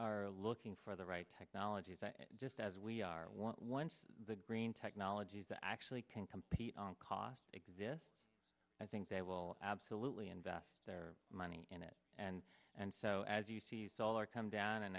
are looking for the right technology just as we are want once the green technologies that actually can compete on cost this i think they will absolutely invest their money in it and and so as you see solar come down and